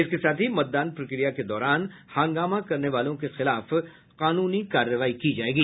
इसके साथ ही मतदान प्रक्रिया के दौरान हंगामा करने वालों के खिलाफ कानूनी कार्रवाई की जायेगी